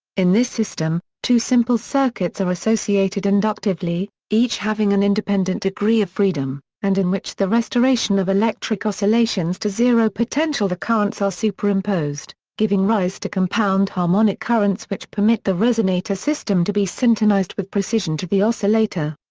in this system, two simple circuits are associated inductively, each having an independent degree of freedom, and in which the restoration of electric oscillations to zero potential the currents are superimposed, giving rise to compound harmonic currents which permit the resonator system to be syntonized with precision to the oscillator.